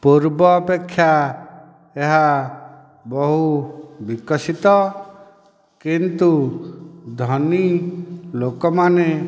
ପୂର୍ବ ଅପେକ୍ଷା ଏହା ବହୁ ବିକଶିତ କିନ୍ତୁ ଧନୀ ଲୋକମାନେ